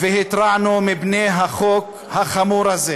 והתרענו מפני החוק החמור הזה.